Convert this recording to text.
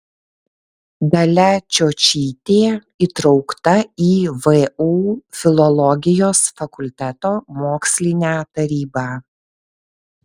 dalia čiočytė įtraukta į vu filologijos fakulteto mokslinę tarybą